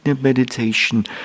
meditation